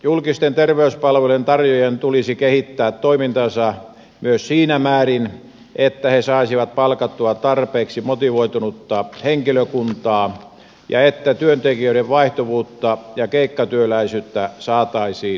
julkisten terveyspalveluiden tarjoajien tulisi kehittää toimintaansa myös siinä määrin että he saisivat palkattua tarpeeksi motivoitunutta henkilökuntaa ja että työntekijöiden vaihtuvuutta ja keikkatyöläisyyttä saataisiin hillittyä